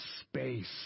space